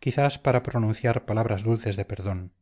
quizás para pronunciar palabras dulces de perdón